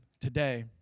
today